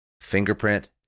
fingerprint